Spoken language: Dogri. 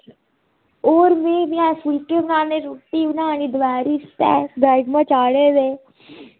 होर में रुट्टी बनानी अस रुट्टी बनाने ते दपैह्रीं आस्तै राजमां बनाए